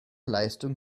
leistung